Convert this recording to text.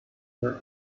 were